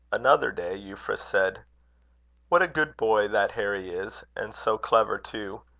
another day, euphra said what a good boy that harry is! and so clever too.